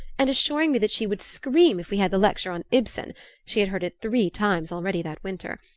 and assuring me that she would scream if we had the lecture on ibsen she had heard it three times already that winter.